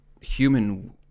human